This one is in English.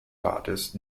artist